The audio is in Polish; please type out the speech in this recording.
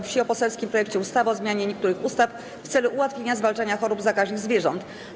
Wsi o poselskim projekcie ustawy o zmianie niektórych ustaw w celu ułatwienia zwalczania chorób zakaźnych zwierząt.